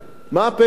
מה הפלא,